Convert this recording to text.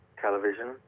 television